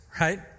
right